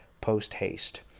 post-haste